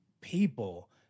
people